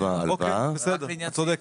אוקיי, את צודקת.